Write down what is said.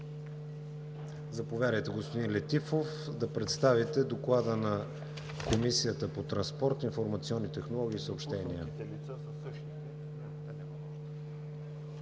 Заповядайте, господин Летифов, да представите Доклада на Комисията по транспорт, информационни технологии и съобщения.